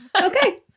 Okay